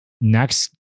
next